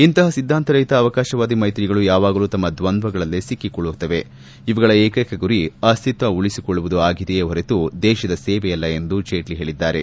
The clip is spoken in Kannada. ಇಂತಹ ಸಿದ್ದಾಂತರಹಿತ ಅವಕಾಶವಾದಿ ಮೈತ್ರಿಗಳು ಯಾವಾಗಲೂ ತಮ್ಮ ದ್ವಂದ್ವಗಳಲ್ಲೇ ಸಿಕ್ಕಿಹಾಕಿಳ್ದುತ್ತವೆ ಇವುಗಳ ಏಕೈಕ ಗುರಿ ಅಸ್ತಿತ್ವ ಉಳಿಸಿಕೊಳ್ಳುವುದು ಆಗಿದೆಯೇ ಹೊರತು ದೇತದ ಸೇವೆಯಲ್ಲ ಎಂದು ಜೇಟ್ಲ ಹೇಳಿದ್ದಾರೆ